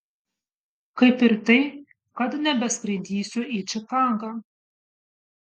kaip ir tai kad nebeskraidysiu į čikagą